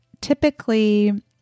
typically